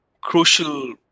crucial